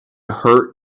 hurt